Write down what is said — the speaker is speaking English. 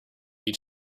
each